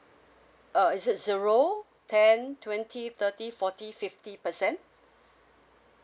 uh is it zero ten twenty thirty forty fifty percent